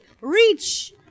Reach